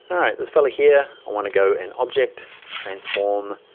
all right, this fellow here, i want to go and object transform.